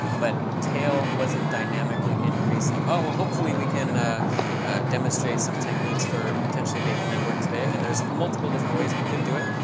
but tail wasn't dynamically increasing. ah well, hopefully, we can demonstrate some techniques for potentially making that work today. and there's multiple different ways we could do it.